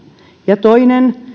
ja toinen